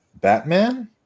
batman